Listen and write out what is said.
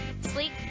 sleek